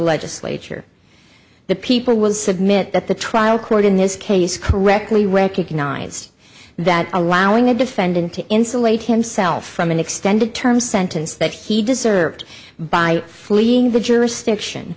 legislature the people will submit that the trial court in this case correctly recognized that allowing a defendant to insulate himself from an extended term sentence that he deserved by fleeing the jurisdiction